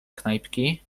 knajpki